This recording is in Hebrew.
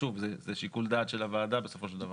שוב, זה שיקול דעת של הוועדה בסופו של דבר,